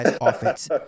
offense